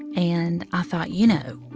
and i thought, you know,